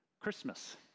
Christmas